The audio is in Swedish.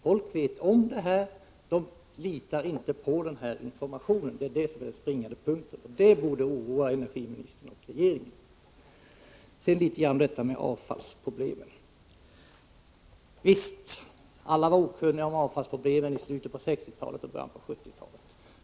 Folk känner till detta, man litar inte på den information som ges. Detta är den springande punkten, och den borde oroa energiministern och regeringen. Sedan vill jag nämna litet grand om avfallsproblemen. Visst var alla okunniga om avfallsproblemen i slutet av 1960-talet och i början av 1970-talet.